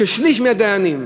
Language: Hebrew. ששליש מהדיינים